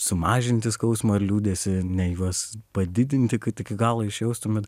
sumažinti skausmą ar liūdesį ne juos padidinti kad iki galo išjaustumėt